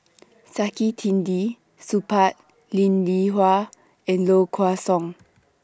Saktiandi Supaat Linn in Hua and Low Kway Song